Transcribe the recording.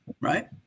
right